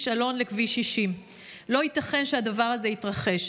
אלון לכביש 60. לא ייתכן שהדבר הזה יתרחש.